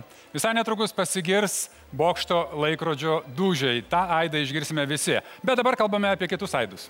visai netrukus pasigirs bokšto laikrodžio dūžiai tą aidą išgirsime visi bet dabar kalbame apie kitus aidus